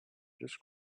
just